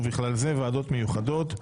ובכלל זה ועדות מיוחדות,